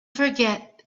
forget